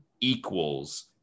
equals